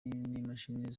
n’imashini